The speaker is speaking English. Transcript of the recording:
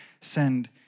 send